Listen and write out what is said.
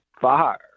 fire